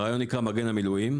הרעיון נקרא מגן מילואים,